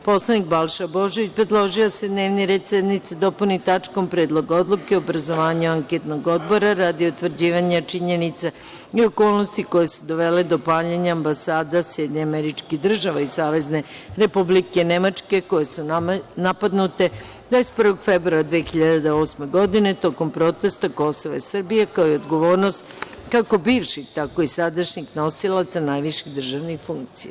Poslanik Balša Božović predložio je da se dnevni red sednice dopuni tačkom – Predlog odluke o obrazovanju anketnog odbora radi utvrđivanja činjenica i okolnosti koje su dovele do paljenja ambasada SAD i Savezne Republike Nemačke, koje su napadnute 21. februara 2008. godine, tokom protesta „Kosovo je Srbija“, kao i odgovornost, kako bivših, tako i sadašnjih nosilaca najviših državnih funkcija.